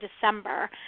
December